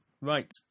Right